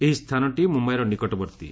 ଏହି ସ୍ଥାନଟି ମୁମ୍ୟାଇର ନିକଟବର୍ତ୍ତୀ